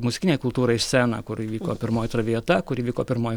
muzikinei kultūrai sceną kur įvyko pirmoji traviata kur įvyko pirmoji